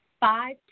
Five